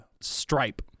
Stripe